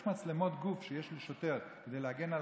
יש מצלמות גוף שיש לשוטר כדי להגן על